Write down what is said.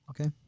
okay